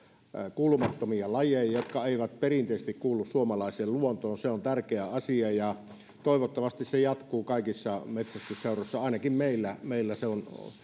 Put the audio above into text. kuulumattomia lajeja jotka eivät perinteisesti kuulu suomalaiseen luontoon se on tärkeä asia ja toivottavasti se jatkuu kaikissa metsästysseuroissa ainakin meillä meillä